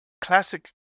classic